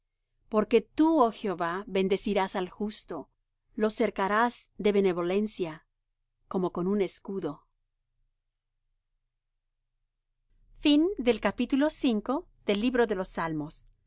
porque tú oh jehová bendecirás al justo lo cercarás de benevolencia como con un escudo al